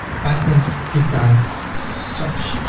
i think this guy has such